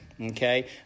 okay